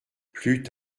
plut